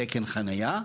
תקן חניה,